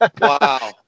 wow